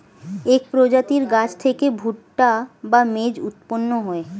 এক প্রজাতির গাছ থেকে ভুট্টা বা মেজ উৎপন্ন হয়